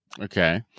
okay